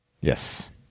yes